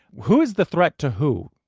who's the threat to whom?